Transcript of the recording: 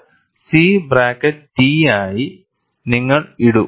C bracket T ആയി നിങ്ങൾ ഇടു